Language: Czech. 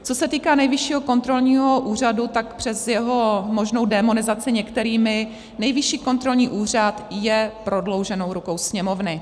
Co se týká Nejvyššího kontrolního úřadu, tak přes jeho možnou démonizaci některými, Nejvyšší kontrolní úřad je prodlouženou rukou Sněmovny.